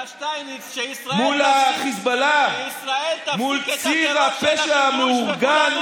איראן, מול החיזבאללה, מול ציר הפשע המאורגן,